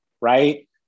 right